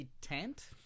tent